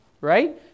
right